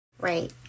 Right